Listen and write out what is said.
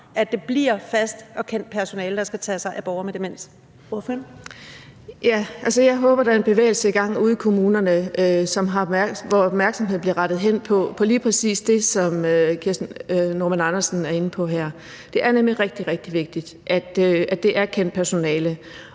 (Karen Ellemann): Ordføreren. Kl. 10:40 Birgitte Vind (S): Jeg håber, at der er en bevægelse i gang ude i kommunerne, hvor opmærksomheden bliver rettet hen på lige præcis det, som fru Kirsten Normann Andersen er inde på her. Det er nemlig rigtig, rigtig vigtigt, at det er kendt personale.